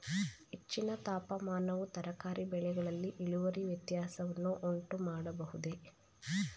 ಹೆಚ್ಚಿನ ತಾಪಮಾನವು ತರಕಾರಿ ಬೆಳೆಗಳಲ್ಲಿ ಇಳುವರಿ ವ್ಯತ್ಯಾಸವನ್ನು ಉಂಟುಮಾಡಬಹುದೇ?